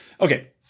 Okay